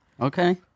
Okay